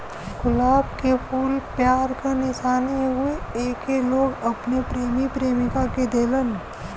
गुलाब के फूल प्यार के निशानी हउवे एके लोग अपने प्रेमी प्रेमिका के देलन